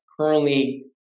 currently